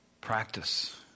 Practice